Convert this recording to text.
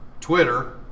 Twitter